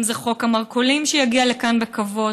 אם זה חוק המרכולים שיגיע לכאן בקרוב,